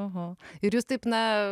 oho ir jūs taip na